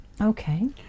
Okay